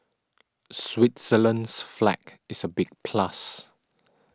Switzerland's flag is a big plus